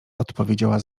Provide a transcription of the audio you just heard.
odpowiedziała